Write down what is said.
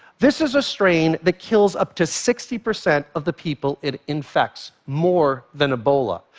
this is a strain that kills up to sixty percent of the people it infects, more than ebola.